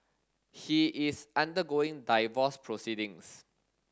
he is undergoing divorce proceedings